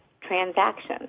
transaction